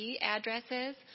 addresses